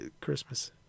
Christmas